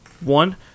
one